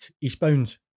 eastbound